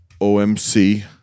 OMC